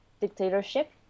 dictatorship